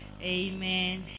Amen